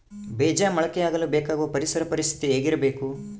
ಬೇಜ ಮೊಳಕೆಯಾಗಲು ಬೇಕಾಗುವ ಪರಿಸರ ಪರಿಸ್ಥಿತಿ ಹೇಗಿರಬೇಕು?